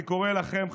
אני קורא לכם,